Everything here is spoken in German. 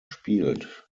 spielt